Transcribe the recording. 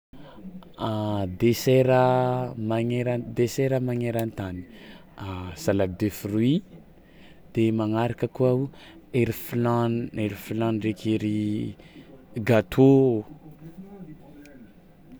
Desera magneran- desera magnerantany salade de fruit de magnaraka koa ery flan ery flan dreky ery gatô.